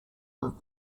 that